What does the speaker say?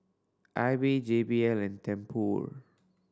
Aibi J B L Tempur